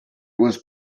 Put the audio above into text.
was